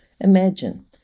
Imagine